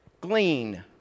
Glean